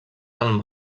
del